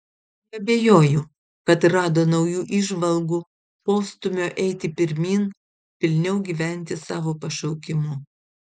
neabejoju kad rado naujų įžvalgų postūmio eiti pirmyn pilniau gyventi savo pašaukimu